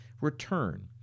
return